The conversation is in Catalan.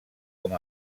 com